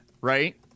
right